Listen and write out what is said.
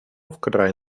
вкрай